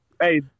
hey